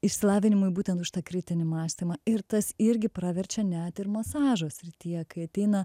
išsilavinimui būtent už tą kritinį mąstymą ir tas irgi praverčia net ir masažo srityje kai ateina